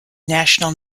national